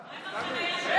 אין מה לאכול,